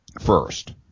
first